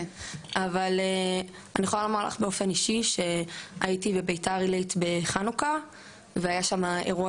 אני יכולה לומר לך באופן אישי שהייתי בבית"ר עילית בחנוכה והיה שם אירוע